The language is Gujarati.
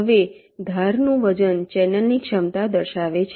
હવે ધારનું વજન ચેનલની ક્ષમતા દર્શાવે છે